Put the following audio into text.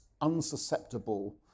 unsusceptible